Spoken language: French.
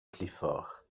clifford